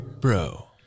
Bro